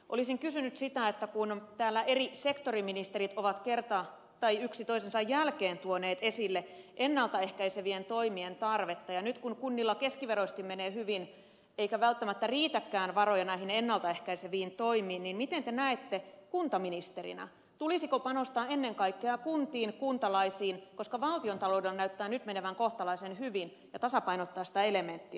olisin kysynyt sitä että kun täällä eri sektoriministerit ovat yksi toisensa jälkeen tuoneet esille ennalta ehkäisevien toimien tarvetta ja nyt kun kunnilla keskiveroisesti menee hyvin eikä välttämättä riitäkään varoja näihin ennalta ehkäiseviin toimiin niin miten te näette kuntaministerinä tulisiko panostaa ennen kaikkea kuntiin kuntalaisiin koska valtiontaloudella näyttää nyt menevän kohtalaisen hyvin ja tasapainottaa sitä elementtiä